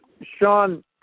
Sean